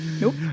Nope